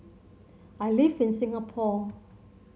I live in Singapore